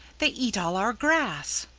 they eat all our grass.